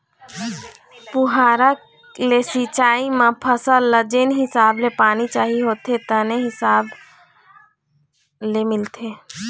फुहारा ले सिंचई म फसल ल जेन हिसाब ले पानी चाही होथे तेने हिसाब ले मिलथे